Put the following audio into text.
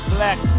Black